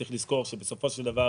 צריך לזכור שבסופו של דבר